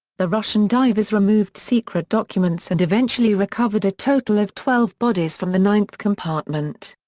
the russian divers removed secret documents and eventually recovered a total of twelve bodies from the ninth compartment.